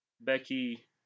Becky